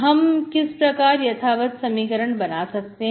हम किस प्रकार यथावत समीकरण बना सकते हैं